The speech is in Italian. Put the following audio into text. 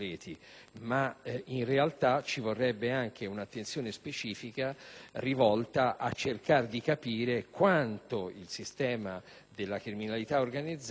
reti, ma ci vorrebbe anche un'attenzione specifica rivolta a cercare di capire quanto il sistema della criminalità organizzata possa essere in